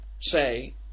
say